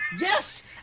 Yes